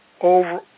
over